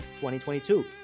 2022